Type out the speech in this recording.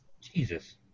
Jesus